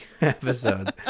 episodes